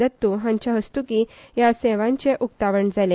दत्तू हांच्या हस्तुकी ह्या सेवांचे उक्तावण जाले